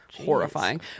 horrifying